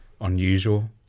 unusual